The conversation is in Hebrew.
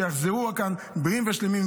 שיחזרו לכאן בריאים ושלמים,